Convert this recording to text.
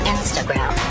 Instagram